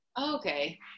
okay